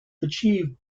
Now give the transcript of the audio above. achieved